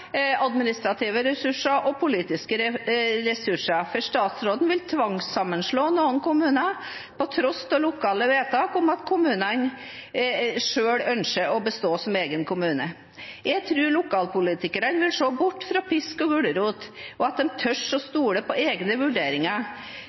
administrative ressurser og politiske ressurser, for statsråden vil tvangssammenslå noen kommuner på tross av lokale vedtak om at kommunene selv ønsker å bestå som egen kommune. Jeg tror lokalpolitikerne vil se bort fra pisk og gulrot, og at de tør å stole på egne vurderinger.